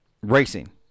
Racing